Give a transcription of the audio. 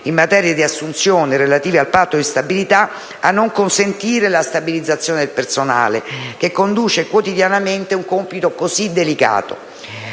in materia di assunzione relativi al Patto di stabilità a non consentire la stabilizzazione del personale che conduce quotidianamente un compito così delicato.